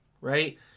right